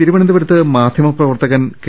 തിരുവനന്തപുരത്ത് മാധ്യമ പ്രവർത്തകൻ കെ